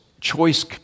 choice